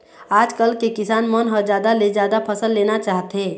आजकाल के किसान मन ह जादा ले जादा फसल लेना चाहथे